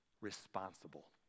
responsible